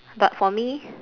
but for me